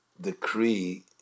decree